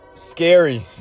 scary